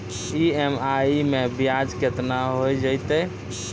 EMI मैं ब्याज केतना हो जयतै?